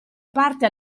parte